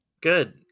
Good